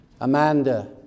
Amanda